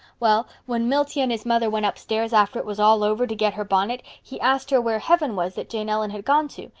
well, when milty and his mother went upstairs after it was all over to get her bonnet he asked her where heaven was that jane ellen had gone to,